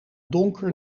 donker